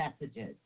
messages